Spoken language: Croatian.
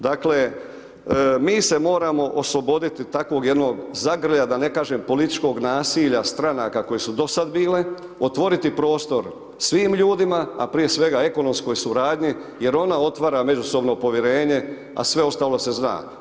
Dakle, mi se moramo osloboditi takvog jednog zagrljaja da ne kažem političkog nasilja stranaka koje su dosad bile, otvoriti prostor svim ljudima, a prije svega ekonomskoj suradnji jer ona otvara međusobno povjerenje, a sve ostalo se zna.